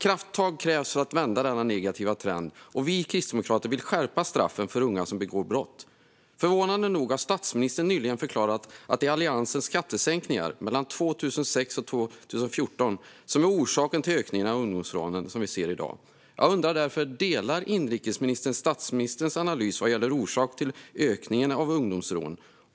Krafttag krävs för att vända denna negativa trend, och vi kristdemokrater vill skärpa straffen för unga som begår brott. Förvånande nog har statsministern nyligen förklarat att det är Alliansens skattesänkningar mellan 2006 och 2014 som är orsaken till ökningen av ungdomsrånen som vi ser i dag. Jag undrar därför: Delar inrikesministern statsministerns analys vad gäller orsaken till ökningen av antalet ungdomsrån?